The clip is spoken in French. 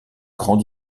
grand